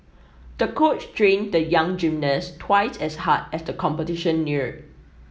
the coach trained the young gymnast twice as hard as the competition neared